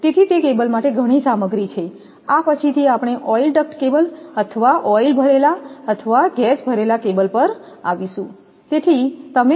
તેથી તે કેબલ માટે ઘણી સામગ્રી છે આ પછીથી આપણે ઓઇલ ડક્ટ કેબલ અથવા ઓઇલ ભરેલા અથવા ગેસ ભરેલા કેબલ્સ પર આવીશું તેથીતમે શું કહો છો